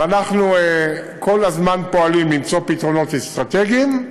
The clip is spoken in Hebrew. ואנחנו כל הזמן פועלים למצוא פתרונות אסטרטגיים,